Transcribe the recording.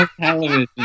television